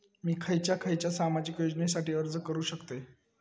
मी खयच्या खयच्या सामाजिक योजनेसाठी अर्ज करू शकतय?